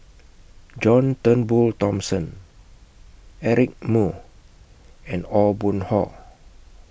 John Turnbull Thomson Eric Moo and Aw Boon Haw